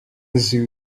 zoo